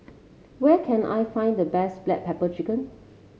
where can I find the best Black Pepper Chicken